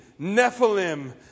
Nephilim